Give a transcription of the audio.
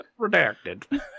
Redacted